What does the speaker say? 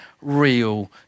real